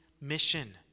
mission